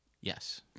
Yes